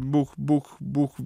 būk būk būk